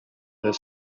their